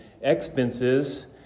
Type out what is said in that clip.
expenses